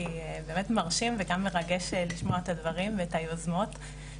כי באמת מרשים וגם מרגש לשמוע את הדברים ואת היוזמות.